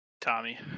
tommy